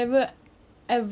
but after I know you